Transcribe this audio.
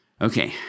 okay